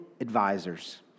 advisors